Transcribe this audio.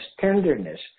tenderness